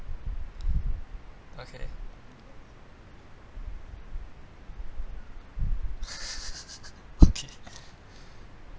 okay okay